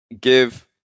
give